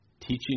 teaching